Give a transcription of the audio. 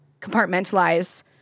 compartmentalize